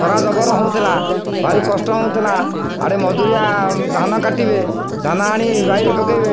ଖରା ଜବର ହେଉଥିଲା ଭାରି କଷ୍ଟ ହେଉଥିଲା ଆଡ଼େ ମଜୁରିଆ ଧାନ କାଟିବେ ଧାନ ଆଣି ବାଇରେ ପକାଇବେ